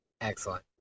Excellent